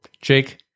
Jake